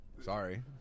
Sorry